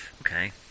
Okay